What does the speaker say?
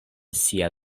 sia